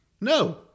No